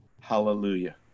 Hallelujah